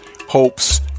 hopes